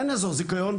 אין אזור זיכיון,